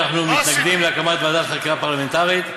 אנחנו מתנגדים להקמת ועדת חקירה פרלמנטרית.